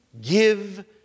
give